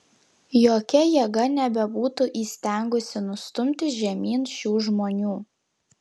jokia jėga nebebūtų įstengusi nustumti žemyn šių žmonių